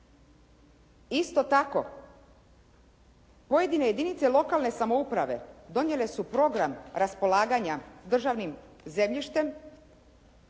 Isto tako, pojedine jedinice lokalne samouprave donijele su program raspolaganja državnim zemljištem